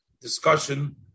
discussion